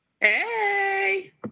Hey